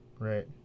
Right